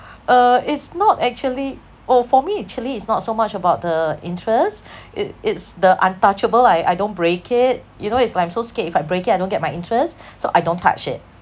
uh it's not actually oh for me actually it's not so much about the interest it~ it's the untouchable I I don't break it you know is like I'm so scared if I break it I don't get my interest so I don't touch it